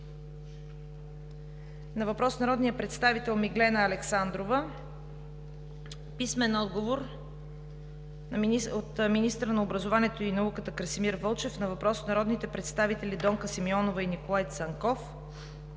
на въпрос от народния представител Миглена Александрова; - министъра на образованието и науката Красимир Вълчев на въпрос от народните представители Донка Симеонова и Николай Цанков;